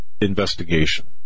investigation